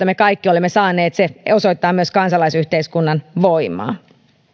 me kaikki olemme saaneet se osoittaa myös kansalaisyhteiskunnan voimaa